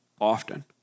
often